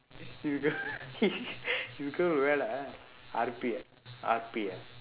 you go you go where lah R_P ah R_P ah